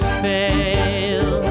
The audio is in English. fail